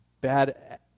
bad